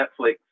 Netflix